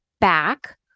back